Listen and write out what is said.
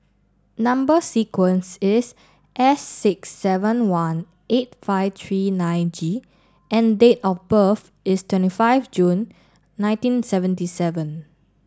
number sequence is S six seven one eight five three nine G and date of birth is twenty five June nineteen seventy seven